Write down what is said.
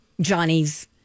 Johnny's